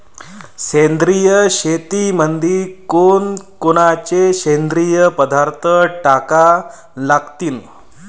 सेंद्रिय शेतीमंदी कोनकोनचे सेंद्रिय पदार्थ टाका लागतीन?